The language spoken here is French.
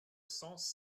cents